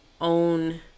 own